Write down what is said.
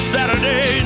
Saturday